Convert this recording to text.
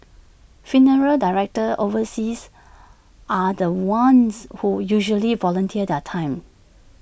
funeral directors overseas are the ones who usually volunteer their time